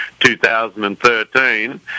2013